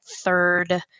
third